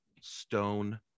Stone